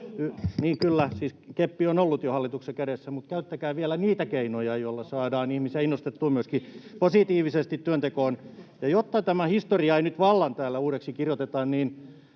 Niin, kyllä, siis keppi on ollut jo hallituksen kädessä, mutta käyttäkää vielä niitä keinoja, joilla saadaan ihmisiä innostettua myöskin positiivisesti työntekoon. [Antti Kurvisen välihuuto] Ja jotta tätä historiaa ei täällä nyt vallan uudeksi kirjoiteta, niin